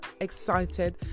excited